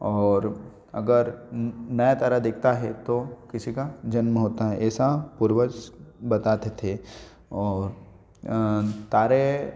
और अगर नया तारा दिखता है तो किसी का जन्म होता है ऐसा पूर्वज बताते थे और तारे